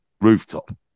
rooftop